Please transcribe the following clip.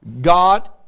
God